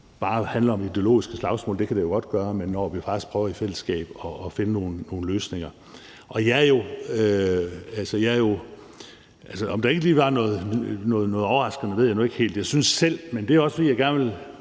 bare handler om ideologiske slagsmål – det kan den jo godt gøre – men når vi faktisk prøver i fællesskab at finde nogle løsninger. Om der ikke lige var noget overraskende, ved jeg nu ikke helt. Jeg synes selv – men det er også, fordi jeg gerne vil